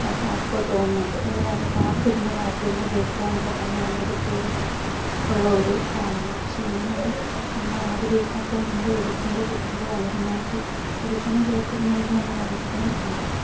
അപ്പം അപ്പോൾ തോന്നുന്നുണ്ട് എല്ലാവരും കാത്തിരുന്ന് കാത്തിരുന്ന് കേൾക്കുകയെന്നൊക്കെ പറഞ്ഞാൽ അതിനൊരു പ്രതേക സുഖം ഉള്ള ഒരു കാലമാണ് പക്ഷെ ഇന്നത് നമ്മളാഗ്രഹിക്കാത്തത് നമ്മുടെ വിരൽതുമ്പിൽ കിട്ടുമ്പോൾ അമിതമായിട്ട് ചൂഷണം ചെയ്യപ്പെടുന്നുണ്ടെന്ന് വേണമെങ്കിലും പറയാം